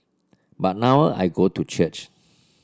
but now I go to church